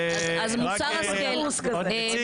לא רק של עובדי הציבור.